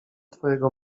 twojego